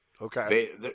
Okay